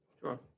Sure